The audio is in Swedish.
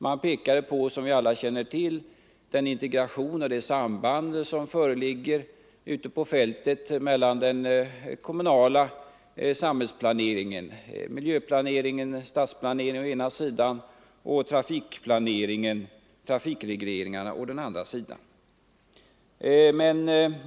Man pekade, som vi alla känner till, på den integration och det samband som föreligger ute på fältet mellan den kommunala samhällsplaneringen, miljöplaneringen och stadsplaneringen å ena sidan och trafikregleringarna å andra sidan.